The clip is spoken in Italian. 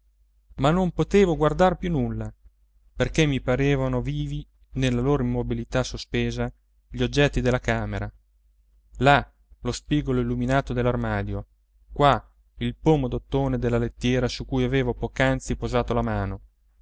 ma non potevo guardar più nulla perché mi parevano vivi nella loro immobilità sospesa gli oggetti della camera là lo spigolo illuminato dell'armadio qua il pomo d'ottone della lettiera su cui avevo poc'anzi posato la mano